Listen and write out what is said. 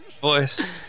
Voice